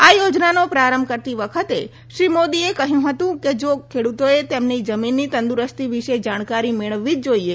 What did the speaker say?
આ યોજનાનો પ્રારંભ કરાવતી વખતે શ્રી મોદીએ કહયું હતું કે જો ખેડતોએ તેમની જમીનની તંદરસ્તી વિશે જાણકારી મેળવવી જ જોઇએ